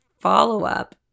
follow-up